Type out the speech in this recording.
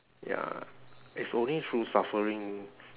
ya it's only through suffering